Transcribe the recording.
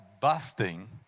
busting